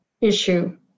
issue